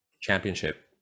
championship